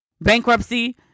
bankruptcy